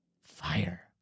Fire